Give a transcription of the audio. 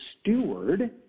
steward